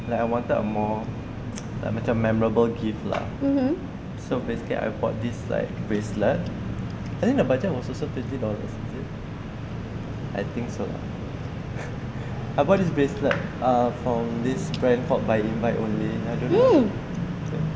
like I wanted a more macam memorable gift lah so basically I bought this like bracelet I think the budget was also thirty dollars is it I think so lah I bought is bracelet ah from this brand called by invite only